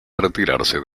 retirarse